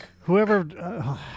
Whoever